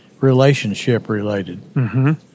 relationship-related